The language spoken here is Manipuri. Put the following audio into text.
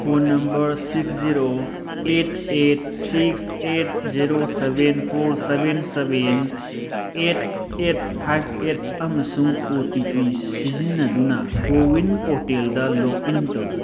phone number six zero eight eight six eight zero seven four seven seven eight eight five eight ꯑꯃꯁꯨꯡ ꯑꯣ ꯇꯤ ꯄꯤ ꯁꯤꯖꯤꯟꯅꯗꯨꯅ ꯀꯣꯋꯤꯟ ꯄꯣꯔꯇꯦꯜꯗ ꯂꯣꯛ ꯏꯟ ꯇꯧ